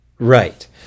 Right